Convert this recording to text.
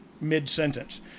mid-sentence